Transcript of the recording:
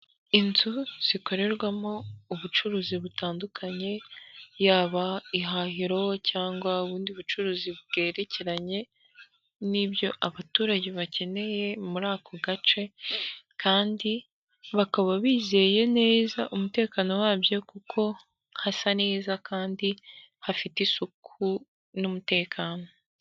Inzu zikorerwamo ubucuruzi butandukanye, yaba ihahiro cyangwa ubundi bucuruzi bwerekeranye n'ibyo abaturage bakeneye muri ako gace, kandi bakaba bizeye neza umutekano wabyo kuko hasa neza kandi hafite isuku n'umutekano.